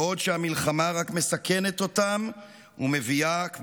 בעוד המלחמה רק מסכנת אותם ומביאה עוד שכול וכאב,